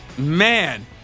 Man